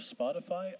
Spotify